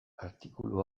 artikulu